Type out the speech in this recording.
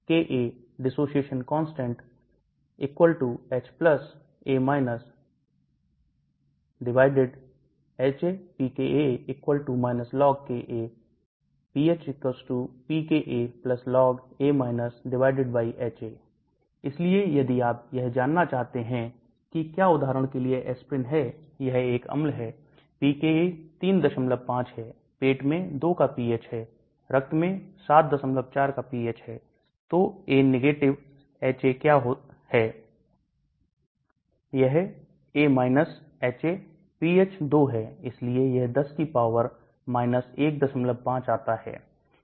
Ka dissociation constant H A HA pKa log pH pKa log A HA इसलिए यदि आप यह जानना चाहते हैं कि क्या उदाहरण के लिए Aspirin है यह एक अम्ल है pKa 35 है पेट में 2 का pH है रक्त में 74 का pH है तो A HA क्या है यह A HA pH 2 है इसलिए यह 10 की पावर 15 आता है